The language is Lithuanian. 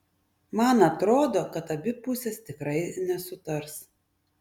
man atrodo kad abi pusės tikrai nesutars